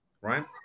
right